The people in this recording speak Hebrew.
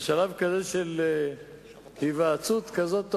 תאר לך כמה זה יהיה ארוך בתקציב.